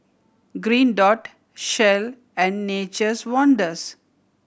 Green Dot Shell and Nature's Wonders